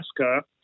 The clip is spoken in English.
Alaska